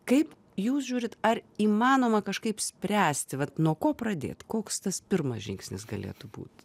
kaip jūs žiūrit ar įmanoma kažkaip spręsti vat nuo ko pradėt koks tas pirmas žingsnis galėtų būt